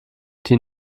die